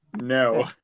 no